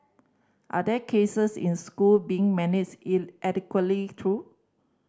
are there cases in school being managed in adequately though